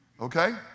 Okay